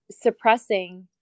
suppressing